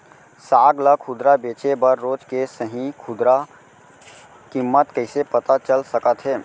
साग ला खुदरा बेचे बर रोज के सही खुदरा किम्मत कइसे पता चल सकत हे?